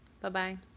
Bye-bye